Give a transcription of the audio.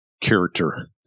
character